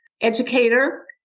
educator